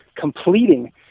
Completing